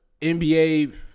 NBA